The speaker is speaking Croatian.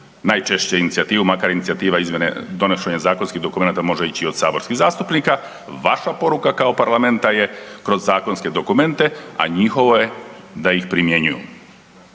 najčešće inicijativu makar inicijativa izmjene, donošenje zakonskih dokumenata može ići i od saborskih zastupnika, vaša poruka kao parlamenta je kroz zakonske dokumente, a njihovo je da ih primjenjuju.